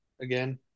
again